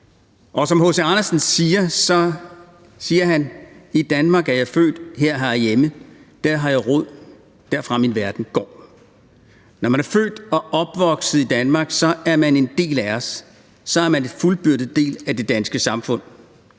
3 A. H.C. Andersen siger: »I Danmark er jeg født, der har jeg hjemme, der har jeg rod, derfra min verden går«. Når man er født og opvokset i Danmark, så er man en del af os, så er man en fuldbyrdet del af det danske samfund.